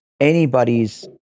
anybody's